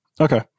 Okay